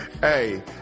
Hey